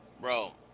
Bro